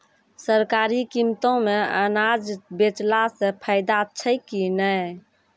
सरकारी कीमतों मे अनाज बेचला से फायदा छै कि नैय?